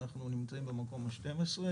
אנחנו נמצאים במקום ה-12,